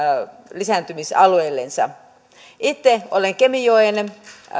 lisääntymisalueillensa itse olen kemijoen